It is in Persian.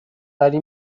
وری